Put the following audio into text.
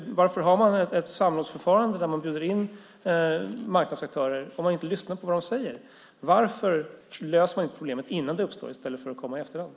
Varför har man ett samrådsförfarande där man bjuder in marknadsaktörer om man inte lyssnar på vad de säger? Varför löser man inte problemet innan det uppstår i stället för att komma i efterhand?